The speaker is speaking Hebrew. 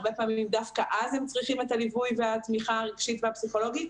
הרבה פעמים דווקא אז הם צריכים את הליווי והתמיכה הרגשית והפסיכולוגית